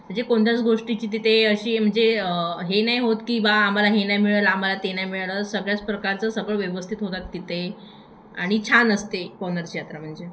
म्हणजे कोणत्याच गोष्टीची तिथे अशी म्हणजे हे नाही होत की बा आम्हाला हे नाही मिळालं आम्हाला ते नाही मिळालं सगळ्याच प्रकारचं सगळं व्यवस्थित होतात तिथे आणि छान असते पवनारची यात्रा म्हणजे